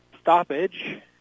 stoppage